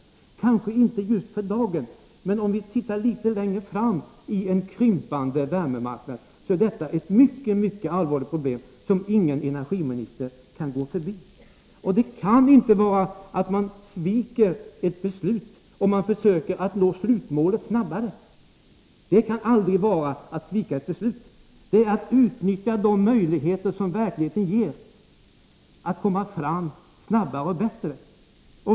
Detta gäller kanske inte just för dagen, men om vi ser längre framåt i tiden med en krympande värmemarknad är detta ett mycket allvarligt problem, som ingen energiminister kan gå förbi. Det kan aldrig vara att svika ett beslut att försöka nå slutmålet snabbare. Det är att utnyttja de möjligheter som verkligheten ger att komma fram snabbare och bättre.